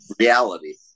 reality